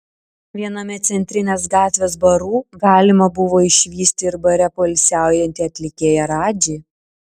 viename centrinės gatvės barų galima buvo išvysti ir bare poilsiaujantį atlikėją radžį